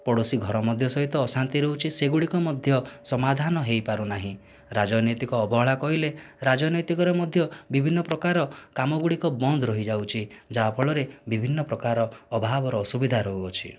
ପଡ଼ୋଶୀ ଘର ମଧ୍ୟ ସହିତ ଅଶାନ୍ତି ରହୁଛି ସେଗୁଡ଼ିକ ମଧ୍ୟ ସମାଧାନ ହୋଇପାରୁନାହିଁ ରାଜନୈତିକ ଅବହେଳା କହିଲେ ରାଜନୈତିକର ମଧ୍ୟ ବିଭିନ୍ନ ପ୍ରକାର କାମ ଗୁଡ଼ିକ ବନ୍ଦ ରହିଯାଉଛି ଯାହାଫଳରେ ବିଭିନ୍ନ ପ୍ରକାର ଅଭାବର ଅସୁବିଧା ରହୁଅଛି